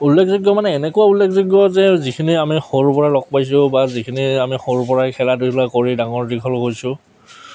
উল্লেখযোগ্য মানে এনেকুৱা উল্লেযোগ্য যে যিখিনি আমি সৰুৰ পৰাই লগ পাইছোঁ বা যিখিনি আমি সৰুৰ পৰাই খেলা ধূলা কৰি ডাঙৰ দীঘল হৈছোঁ